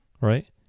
right